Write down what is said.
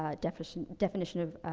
ah defish and definition of,